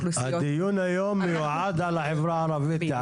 הדיון היום מיועד על החברה הערבית,